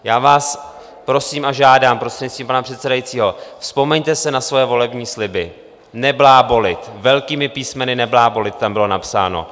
Já vás prosím a žádám prostřednictvím pana předsedajícího, vzpomeňte si na svoje volební sliby neblábolit, velkými písmeny NEBLÁBOLIT tam bylo napsáno.